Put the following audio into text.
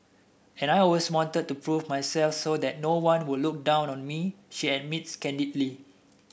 and I always wanted to prove myself so that no one would look down on me she admits candidly